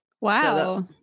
Wow